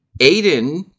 Aiden